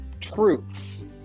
truths